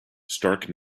stark